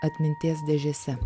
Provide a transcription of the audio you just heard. atminties dėžėse